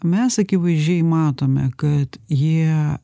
mes akivaizdžiai matome kad jie